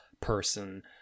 person